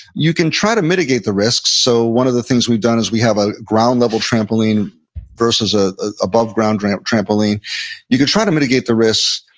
you can try to mitigate the risks. so one of the things we've done is we have a ground-level trampoline versus an ah ah above-ground um trampoline you could try to mitigate the risks,